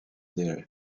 their